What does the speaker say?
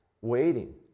waiting